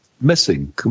missing